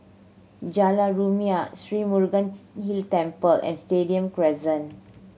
Jalan Rumia Sri Murugan Hill Temple and Stadium Crescent